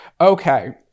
Okay